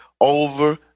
over